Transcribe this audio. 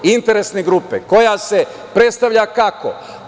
Interesne grupe koja se predstavlja kako?